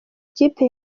ikipe